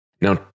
Now